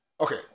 okay